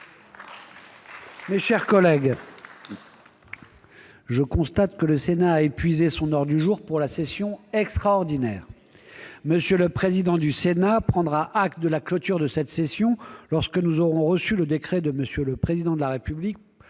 Mes chers collègues, je constate que le Sénat a épuisé son ordre du jour pour la session extraordinaire. M. le président du Sénat prendra acte de la clôture de cette session lorsque nous aurons reçu le décret de M. le Président de la République